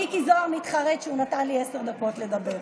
מיקי זוהר מתחרט שהוא נתן לי עשר דקות לדבר,